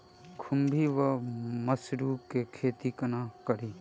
खुम्भी वा मसरू केँ खेती कोना कड़ी?